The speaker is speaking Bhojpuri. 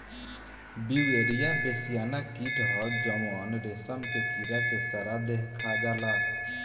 ब्युयेरिया बेसियाना कीट ह जवन रेशम के कीड़ा के सारा देह खा जाला